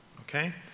Okay